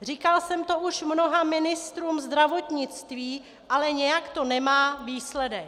Říkala jsem to už mnoha ministrům zdravotnictví, ale nějak to nemá výsledek.